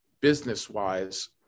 business-wise